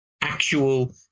Actual